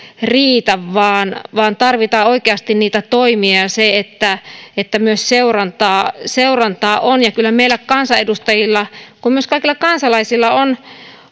vaan vaan tarvitaan oikeasti niitä toimia ja ja sitä että myös seurantaa seurantaa on ja kyllä niin meillä kansanedustajilla kuin myös kaikilla kansalaisilla on